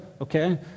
okay